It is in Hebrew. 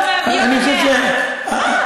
אני חושב שהדברים,